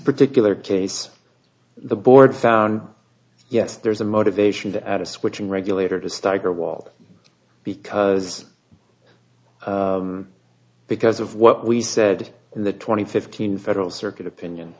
particular case the board found yes there's a motivation to add a switching regulator to stagger walk because because of what we said in the twenty fifteen federal circuit opinion